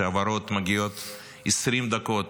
שההעברות מגיעות 20 דקות,